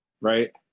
Right